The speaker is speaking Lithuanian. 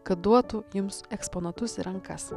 kad duotų jums eksponatus į rankas